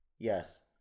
Yes